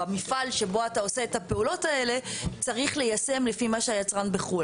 במפעל שבו אתה עושה את הפעולות האלה צריך ליישם לפי מה שהיצרן בחו"ל.